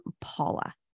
Paula